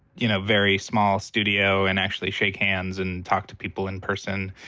you know, very small studio and actually shake hands and talk to people in person.